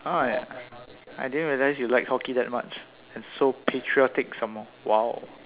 oh I didn't realize you like hockey that much and so patriotic some more !wow!